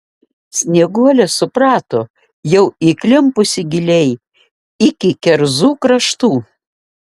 snieguolė suprato jau įklimpusi giliai iki kerzų kraštų